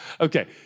Okay